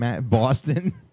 Boston